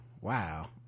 wow